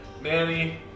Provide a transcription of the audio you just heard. Manny